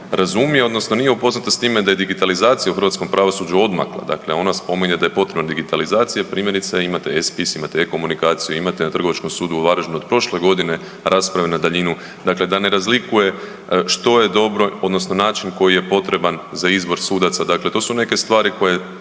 razumije odnosno nije upoznata s time da je digitalizacija u hrvatskom pravosuđu odmakla, dakle ona spominje da je potrebna digitalizacija, primjerice imate E-spis, imate E-komunikaciju, imate na Trgovačkom sudu u Varaždinu od prošle godine rasprave na daljinu, dakle da ne razlikuje što je dobro odnosno način koji je potreban za izbor sudaca, dakle to su neke stvari koje